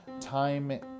time